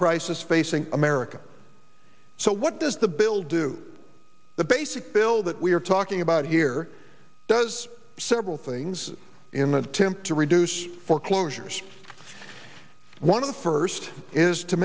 crisis facing america so what does the bill do the basic bill that we're talking about here does several things in that attempt to reduce foreclosures one of the first is to